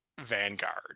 vanguard